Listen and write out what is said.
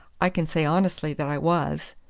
i can say honestly that i was.